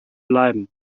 bleiben